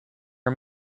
are